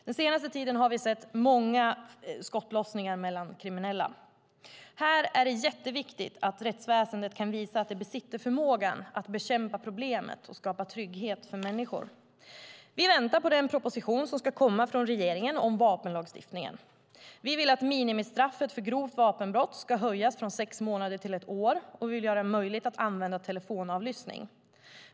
Den senaste tiden har vi sett många skottlossningar mellan kriminella. Här är det jätteviktigt att rättsväsendet kan visa att det besitter förmågan att bekämpa problemet och skapa trygghet för människor. Vi väntar på den proposition som ska komma från regeringen om vapenlagstiftningen. Vi vill att minimistraffet för grovt vapenbrott ska höjas från sex månader till ett år, och vi vill göra det möjligt att använda telefonavlyssning.